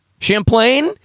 Champlain